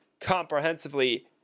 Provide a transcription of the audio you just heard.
comprehensively